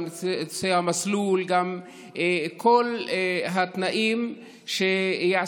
גם את נושא המסלול וגם את כל התנאים שיעשו